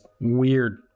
weird